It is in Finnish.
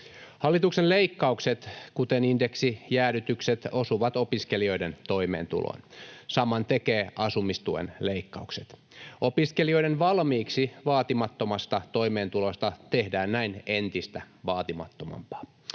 Hallituksen leikkaukset, kuten indeksijäädytykset, osuvat opiskelijoiden toimeentuloon — saman tekevät asumistuen leikkaukset. Opiskelijoiden valmiiksi vaatimattomasta toimeentulosta tehdään näin entistä vaatimattomampaa.